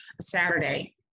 Saturday